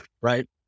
right